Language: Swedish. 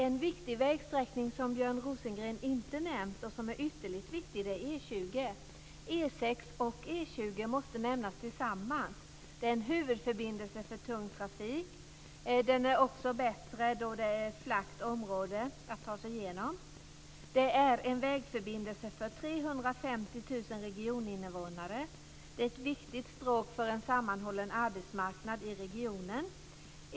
En viktig vägsträckning som Björn Rosengren inte nämnt och som är ytterligt viktig är E 20. E 6 och E 20 måste nämnas tillsammans. Det är en huvudförbindelse för tung trafik. Den är också bättre, då det är ett flackt område att ta sig igenom. Det är en vägförbindelse för 350 000 regioninvånare. Det är ett viktigt stråk för en sammanhållen arbetsmarknad i regionen.